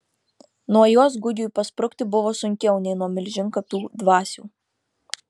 nuo jos gugiui pasprukti buvo sunkiau nei nuo milžinkapių dvasių